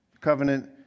covenant